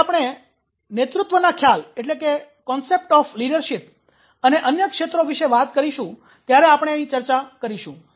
જ્યારે આપણે નેતૃત્વના ખ્યાલ અને અન્ય ક્ષેત્રો વિશે વાત કરીશું ત્યારે આપણે ચર્ચા કરીશું